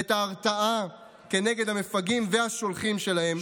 ואת ההרתעה כנגד המפגעים והשולחים שלהם,